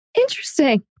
Interesting